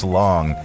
long